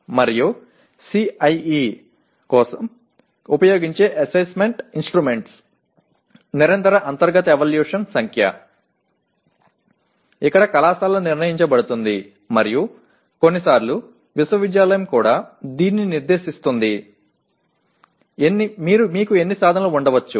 మరియు CIE కోసం ఉపయోగించే అసెస్మెంట్ ఇన్స్ట్రుమెంట్స్ నిరంతర అంతర్గత ఎవాల్యుయేషన్ సంఖ్య ఇక్కడ కళాశాల నిర్ణయించబడుతుంది మరియు కొన్నిసార్లు విశ్వవిద్యాలయం కూడా దీన్ని నిర్దేశిస్తుంది మీకు ఎన్ని సాధనాలు ఉండవచ్చు